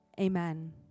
amen